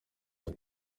hehe